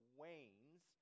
wanes